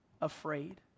afraid